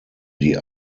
die